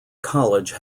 college